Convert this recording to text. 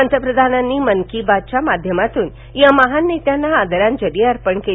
पंतधानांनी मन की बात च्या माध्यमातून या महान नेत्यांना आदरांजली अर्पण केली